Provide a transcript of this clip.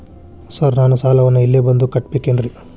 Sir ನಾನು ಸಾಲವನ್ನು ಇಲ್ಲೇ ಬಂದು ಕಟ್ಟಬೇಕೇನ್ರಿ?